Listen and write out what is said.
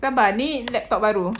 sabar ni laptop baru